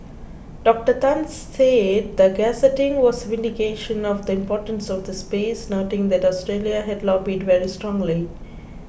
Doctor Tan said the gazetting was vindication of the importance of the space noting that Australia had lobbied very strongly